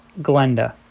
Glenda